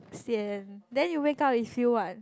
sian then you wake up is you what